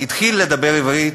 התחיל לדבר עברית,